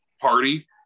party